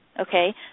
Okay